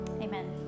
Amen